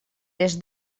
les